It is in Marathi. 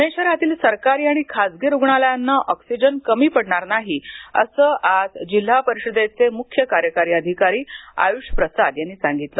पुणे शहरातील सरकारी आणि खासगी रुग्णालयांना ऑक्सिजन कमी पडणार नाही असं आज जिल्हा परिषदेचे मुख्य कार्यकारी अधिकारी आय़्ष प्रसाद यांनी सांगितलं